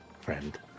friend